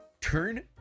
turn